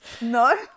no